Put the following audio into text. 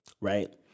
right